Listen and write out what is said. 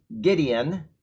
Gideon